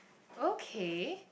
okay